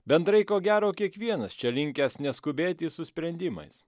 bendrai ko gero kiekvienas čia linkęs neskubėti su sprendimais